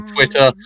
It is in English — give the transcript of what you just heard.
Twitter